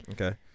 Okay